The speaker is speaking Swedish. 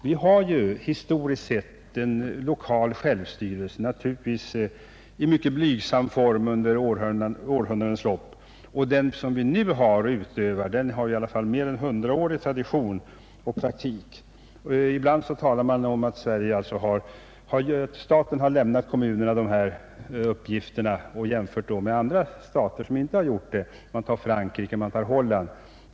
Vi har historiskt sett haft en lokal självstyrelse under många århundraden, fastän under tidligare århundraden i mycket blygsam form, men den nuvarande självstyrelsen har i alla fall mer än hundraårig tradition och praktik. Ibland talar man om att det är staten som har lämnat dessa uppgifter åt kommunen, och man jämför med andra stater som icke har gjort det, exempelvis Frankrike och Holland.